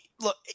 look